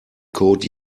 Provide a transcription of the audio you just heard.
code